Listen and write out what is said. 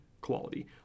quality